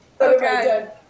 Okay